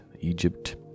Egypt